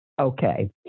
Okay